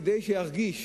כדי שירגיש